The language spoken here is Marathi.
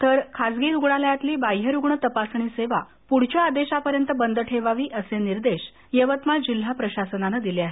तर खासगी रुग्णालयातली बाह्यरुग्ण तपासणी सेवा पुढच्या आदेशापर्यंत बंद ठेवावी असे निर्देश यवतमाळ जिल्हा प्रशासनानं दिले आहेत